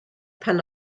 pan